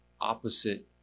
opposite